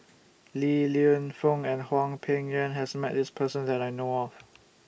Li Lienfung and Hwang Peng Yuan has Met This Person that I know of